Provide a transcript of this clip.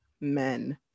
men